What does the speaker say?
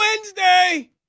Wednesday